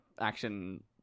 action